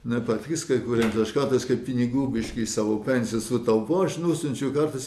nepatiks kai kuriem aš kartais kai pinigų biškį iš savo pensijos sutaupau aš nusiunčiu kartais